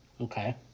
Okay